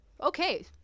okay